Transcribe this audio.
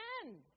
end